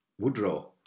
Woodrow